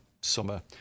summer